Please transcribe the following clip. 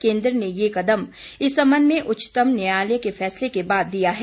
केन्द्र ने ये कदम इस सबंध में उच्चतम न्यायलय के फैसले के बाद दिया है